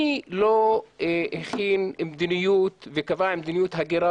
מי לא הכין מדיניות וקבע מדיניות הגירה